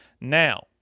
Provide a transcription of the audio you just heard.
Now